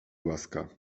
łaska